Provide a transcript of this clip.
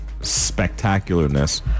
spectacularness